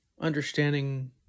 understanding